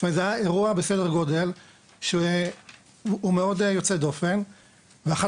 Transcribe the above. זאת אומרת זה היה אירוע בסדר גודל שהוא היה מאוד יוצא דופן ואחת